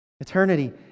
Eternity